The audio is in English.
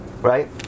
Right